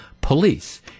police